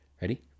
Ready